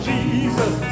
Jesus